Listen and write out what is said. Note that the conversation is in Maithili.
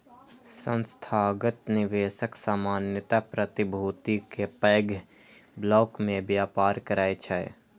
संस्थागत निवेशक सामान्यतः प्रतिभूति के पैघ ब्लॉक मे व्यापार करै छै